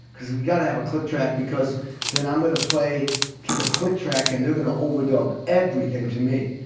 because we got to have a click track, because then i'm going to play to the click track and they're going to overdub everything to me.